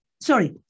Sorry